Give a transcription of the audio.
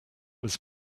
was